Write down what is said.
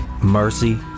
mercy